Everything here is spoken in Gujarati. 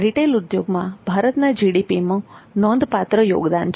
રીટેલ ઉદ્યોગનું ભારતના જીડીપીમાં નોંધપાત્ર યોગદાન છે